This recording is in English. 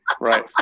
right